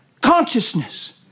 consciousness